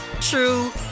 true